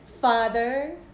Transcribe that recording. Father